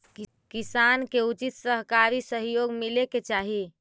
किसान के उचित सहकारी सहयोग मिले के चाहि